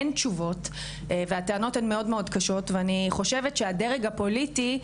אין תשובות והטענות הן מאוד מאוד קשות ואני חושבת שהדרג הפוליטי,